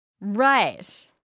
Right